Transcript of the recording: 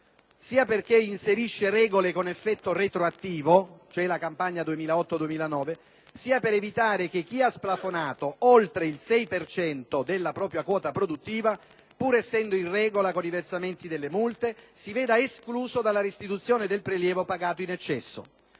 sia perché inserisce regole con effetto retroattivo (campagna 2008-2009) sia per evitare che chi ha splafonato oltre il 6 per cento della propria quota produttiva, pur essendo in regola con i versamenti delle multe, si veda escluso dalla restituzione del prelievo pagato in eccesso.